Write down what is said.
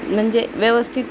म्हणजे व्यवस्थित